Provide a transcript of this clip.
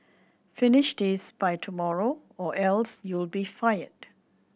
finish this by tomorrow or else you'll be fired